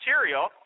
material